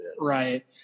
Right